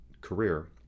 career